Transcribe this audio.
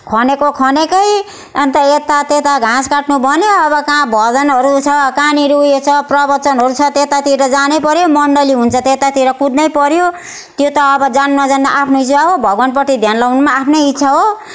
खनेको खनेकै अन्त यता त्यता घाँस काट्नु भन्यो अब कहाँ भजनहरू छ कहाँनेर उयो छ प्रवचनहरू छ त्यतातिर जानै पर्यो मन्डली हुन्छ त्यतातिर कुद्नै पर्यो त्यो त अब जानु नजानु आफ्नै इच्छा हो भगवान्पट्टि ध्यान लगाउनु आफ्नै इच्छा हो